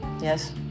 Yes